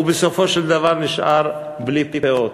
ובסופו של דבר נשאר בלי פאות.